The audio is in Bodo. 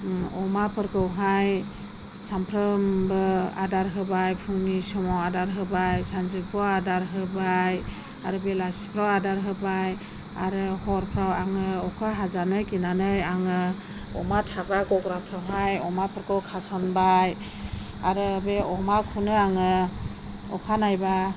अमाफोरखौहाय सानफ्रोमबो आदार होबाय फुंनि समाव आदार होबाय सानजौफुआव आदार होबाय आरो बेलासिफ्राव आदार होबाय आरो हरफ्राव आङो अखा हाजानो गिनानै आङो अमा थाबा गग्राफ्रावहाय अमाफोरखौ खासनबाय आरो बे अमाखौनो आङो अखानायोबा